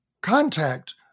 contact